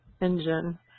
engine